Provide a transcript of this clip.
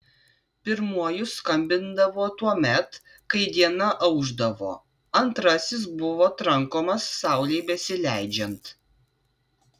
pirmuoju skambindavo tuomet kai diena aušdavo antrasis buvo trankomas saulei besileidžiant